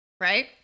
right